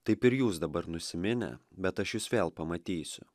taip ir jūs dabar nusiminę bet aš jus vėl pamatysiu